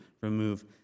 remove